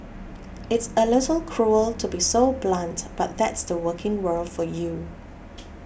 it's a little cruel to be so blunt but that's the working world for you